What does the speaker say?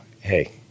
Hey